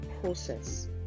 process